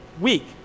week